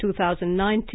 2019